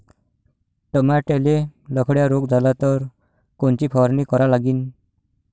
टमाट्याले लखड्या रोग झाला तर कोनची फवारणी करा लागीन?